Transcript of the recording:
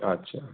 আচ্ছা